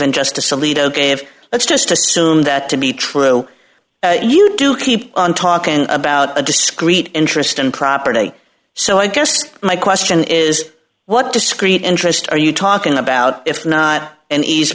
cavan justice alito gave let's just assume that to be true you do keep on talking about a discrete interest in property so i guess my question is what discrete interest are you talking about if not an ease